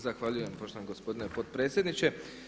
Zahvaljujem poštovani gospodine potpredsjedniče.